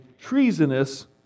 treasonous